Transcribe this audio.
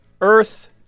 Earth